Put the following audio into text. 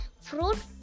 fruit